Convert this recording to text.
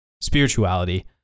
spirituality